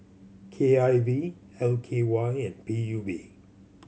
K I V L K Y and P U B